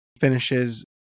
finishes